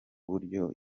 buryo